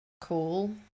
cool